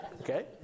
Okay